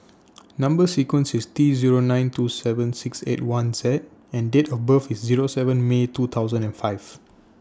Number sequence IS T Zero nine two seven six eight one Z and Date of birth IS Zero seven May two thousand and five